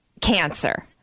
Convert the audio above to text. cancer